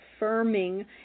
firming